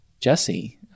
Jesse